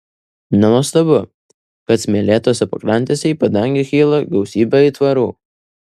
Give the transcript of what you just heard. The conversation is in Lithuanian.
nenuostabu kad smėlėtose pakrantėse į padangę kyla gausybė aitvarų